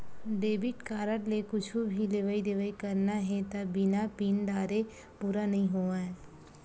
debit card ले कुछु भी लेवइ देवइ करना हे त बिना पिन डारे पूरा नइ होवय